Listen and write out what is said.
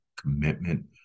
commitment